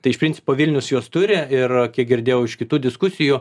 tai iš principo vilnius juos turi ir kiek girdėjau iš kitų diskusijų